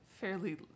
fairly